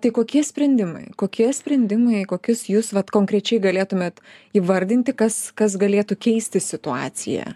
tai kokie sprendimai kokie sprendimai kokius jūs vat konkrečiai galėtumėt įvardinti kas kas galėtų keisti situaciją